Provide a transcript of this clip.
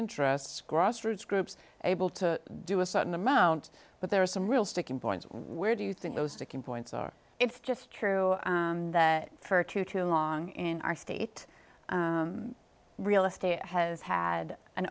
interests grassroots groups able to do a certain amount but there are some real sticking points where do you think those sticking points are it's just true for two too long in our state real estate has had an